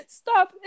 stop